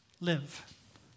live